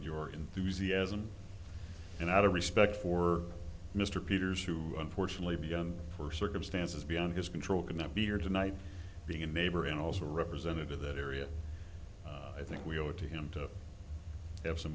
your enthusiasm and out of respect for mr peters who unfortunately beyond for circumstances beyond his control could not be here tonight being a neighbor in also represented in that area i think we owe it to him to have some